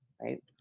right